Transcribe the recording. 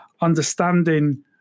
understanding